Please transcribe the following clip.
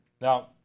Now